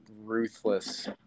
ruthless